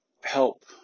help